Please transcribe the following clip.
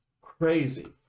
crazy